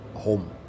home